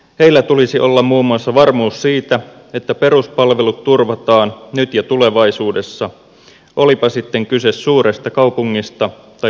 heillä tulisi olla muun muassa varmuus siitä että peruspalvelut turvataan nyt ja tulevaisuudessa olipa kyse sitten suuresta kaupungista tai pienestä maaseutukunnasta